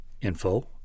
info